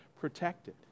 protected